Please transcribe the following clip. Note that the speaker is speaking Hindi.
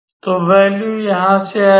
तो वैल्यू यहाँ से आएगी